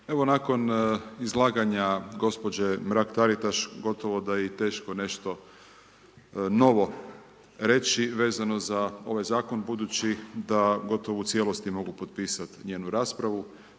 Nakon izlaganje gospođe Mrak Taritaš, gotovo da je teško nešto novo reći, vezano za ovaj zakon, budući da gotovo u cijelosti mogu potpisati jednu raspravu.